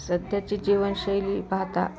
सध्याची जीवनशैली पाहता